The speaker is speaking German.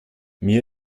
mir